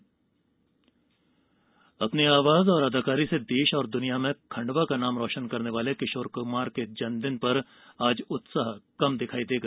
किशोर कुमार जयंती अपनी आवाज और अदाकारी से देश और दनिया में खंडवा का नाम रोशन करने वाले किशोर कमार के जन्मदिन पर आज उत्साह कम दिखाई देगा